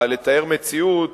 לתאר מציאות,